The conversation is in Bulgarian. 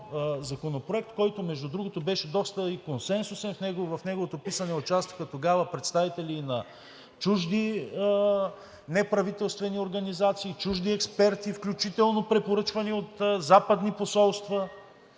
законопроект, който, между другото, беше и доста консенсусен. В неговото писане тогава участваха представители и на чужди неправителствени организации, и чужди експерти, включително препоръчвани от западни посолства.